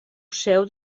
seu